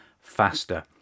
faster